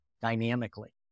dynamically